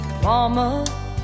Mama